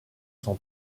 son